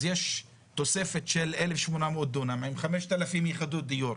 אז יש תוספת של 1,000 דונם עם 5,000 יחידות דיור.